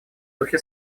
духе